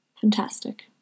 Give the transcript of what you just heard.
Fantastic